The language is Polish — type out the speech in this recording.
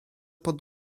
pod